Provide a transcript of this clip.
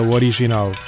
original